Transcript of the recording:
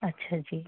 ਅੱਛਾ ਜੀ